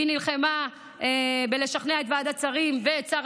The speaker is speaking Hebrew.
היא נלחמה לשכנע את ועדת שרים ואת שר